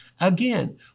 again